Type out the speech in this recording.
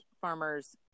farmers